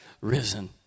risen